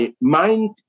mind